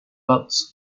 boats